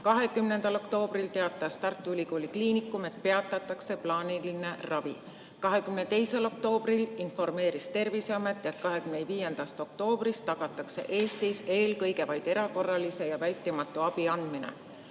20. oktoobril teatas Tartu Ülikooli Kliinikum, et peatatakse plaaniline ravi. 22. oktoobril informeeris Terviseamet, et 25. oktoobrist tagatakse Eestis eelkõige vaid erakorralise ja vältimatu abi andmine.